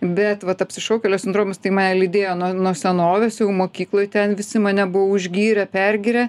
bet vat apsišaukėlio sindromas tai mane lydėjo nuo nuo senovės jau mokykloj ten visi mane buvo užgyrę pergyrę